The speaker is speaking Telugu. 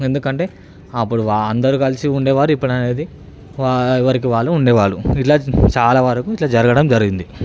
ఎందుకంటే అప్పుడు అందరు కలిసి ఉండేవారు ఇప్పుడు అనేది ఎవరికి వాళ్ళు ఉండేవాళ్ళు ఇట్లా చాలా వరకు ఇట్లా జరగడం జరిగింది